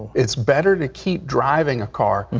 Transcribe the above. it's better to keep driving a car,